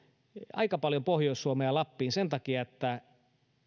aika paljon pohjois suomeen ja lappiin sen takia että